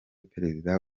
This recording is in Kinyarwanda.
perezida